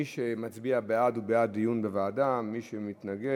מי שמצביע בעד הוא בעד דיון בוועדה, מי שמצביע